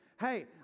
Hey